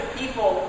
people